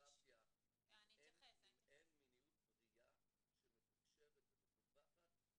מיניות בריאה שמתוקשרת ומתווכחת,